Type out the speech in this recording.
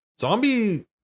Zombie